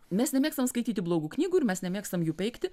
mes nemėgstam skaityti blogų knygų ir mes nemėgstam jų peikti